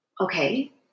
okay